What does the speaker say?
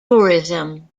tourism